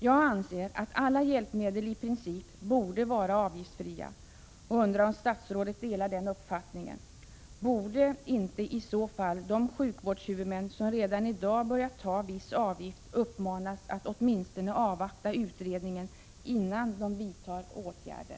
Jag anser att alla hjälpmedel i princip borde vara avgiftsfria och undrar om statsrådet delar den uppfattningen. Borde inte i så fall de sjukvårdshuvudmän, som redan i dag börjat ta viss avgift, uppmanas att åtminstone avvakta utredningen innan de vidtar åtgärder?